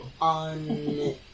on